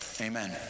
Amen